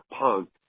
punk